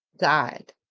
God